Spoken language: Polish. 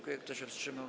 Kto się wstrzymał?